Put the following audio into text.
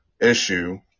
issue